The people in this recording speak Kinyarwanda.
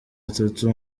atatu